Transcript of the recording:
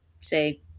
say